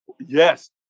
Yes